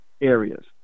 areas